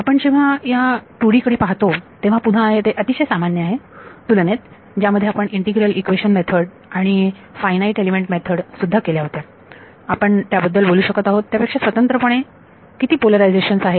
पण जेव्हा आपण ह्या 2D कडे पाहतो तेव्हा पुन्हा हे अतिशय सामान्य आहे तुलनेत ज्यामध्ये आपण इंटीग्रल इक्वेशन मेथड आणि फायनाईट एलिमेंट मेथड सुद्धा केल्या होत्या आपण त्याबद्दल बोलू शकत आहोत त्यापेक्षा स्वतंत्रपणे किती पोलरायझेशन्स आहेत